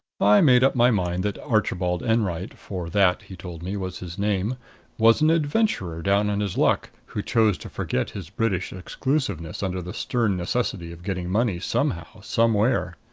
i made up my mind that archibald enwright for that, he told me, was his name was an adventurer down on his luck, who chose to forget his british exclusiveness under the stern necessity of getting money somehow, somewhere.